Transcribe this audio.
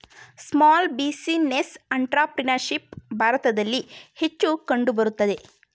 small business entrepreneurship ಭಾರತದಲ್ಲಿ ಹೆಚ್ಚು ಕಂಡುಬರುತ್ತದೆ